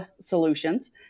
Solutions